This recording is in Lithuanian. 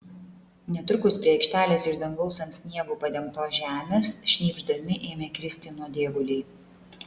netrukus prie aikštelės iš dangaus ant sniegu padengtos žemės šnypšdami ėmė kristi nuodėguliai